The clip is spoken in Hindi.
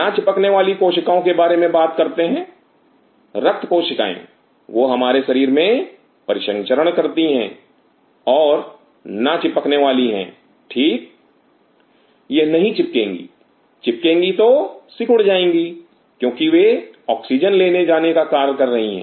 ना चिपकने वाली कोशिकाओं के बारे में बात करते हैं रक्त कोशिकाएं वह हमारे शरीर में परिसंचरण करती हैं और ना चिपकने वाली हैं ठीक यह नहीं चिपकेगी चिपकेगी तो सिकुड़ जाएंगी क्योंकि वे ऑक्सीजन ले जाने का कर रही हैं